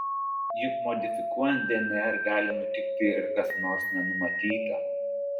juk modifikuojant dnr gali nutikti ir kas nors nenumatyta